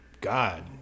God